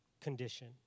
condition